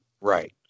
Right